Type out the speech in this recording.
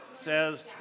says